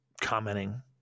commenting